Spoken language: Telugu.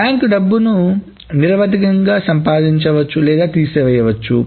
బ్యాంకు డబ్బును నిరవధికంగా సంపాదించవచ్చు లేదా తీసేయవచ్చు